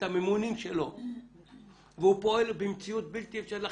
הממונים שלו והוא פועל במציאות בלתי אפשרית,